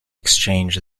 exchange